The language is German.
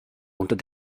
unter